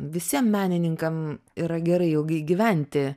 visiem menininkam yra gerai ilgai gyventi